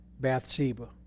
Bathsheba